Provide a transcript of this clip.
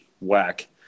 whack